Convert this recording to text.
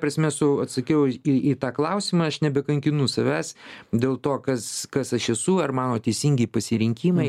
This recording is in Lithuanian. prasme su atsakiau į į tą klausimą aš nebekankinu savęs dėl to kas kas aš esu ar mano teisingis pasirinkimai